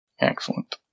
Excellent